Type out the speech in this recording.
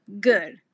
good